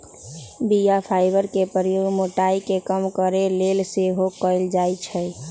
बीया फाइबर के प्रयोग मोटाइ के कम करे के लेल सेहो कएल जाइ छइ